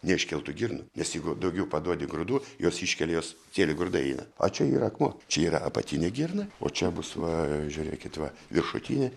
neiškiltų girnų nes jeigu daugiau paduodi grūdų jos iškelia jos cieli grūdai eina a čia yra akmuo čia yra apatinė girna o čia bus va žiūrėkit va viršutinė